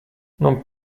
non